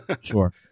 Sure